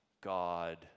God